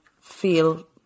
feel